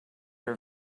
are